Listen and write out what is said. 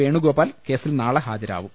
വേണുഗോപാൽ കേസിൽ നാളെ ഹാജരാകും